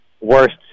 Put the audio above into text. worst